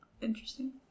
Interesting